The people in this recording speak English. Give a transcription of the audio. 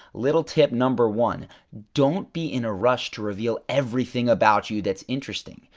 little tip number one don't be in a rush to reveal everything about you that's interesting.